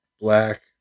black